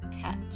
catch